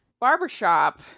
barbershop